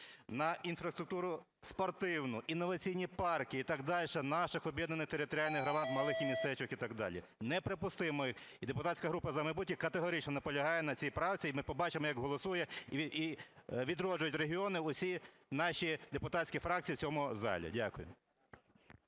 на інфраструктуру спортивну, інноваційні парки і так далі наших об'єднаних територіальних громад, малих містечок і так далі. Неприпустимо. І депутатська група "За майбутнє" категорично наполягає на цій правці, і ми побачимо, як голосують і відроджують регіони усі наші депутатські фракції в цьому залі. Дякую.